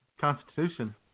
Constitution